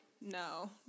No